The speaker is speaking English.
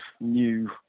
new